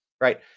right